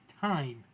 time